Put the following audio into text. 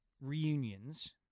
reunions